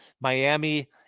Miami